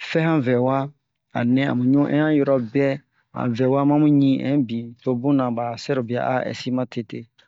fɛ han vɛwa a nɛ a mu ɲu hin han yoro bɛ han vɛwa ma mu ɲi inbin to buna ba sɛrobia a ɛsi ma tete